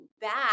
back